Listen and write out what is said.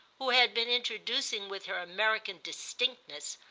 who had been introducing with her american distinctness,